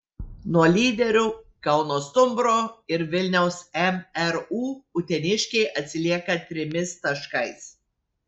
nuo lyderių kauno stumbro ir vilniaus mru uteniškiai atsilieka trimis taškais